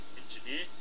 engineer